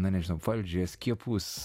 na nežinau valdžią skiepus